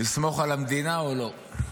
לסמוך על המדינה או לא?